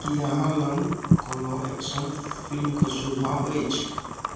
कि अहाँ लग कोनो एक्शन फिलिमके सुझाव अछि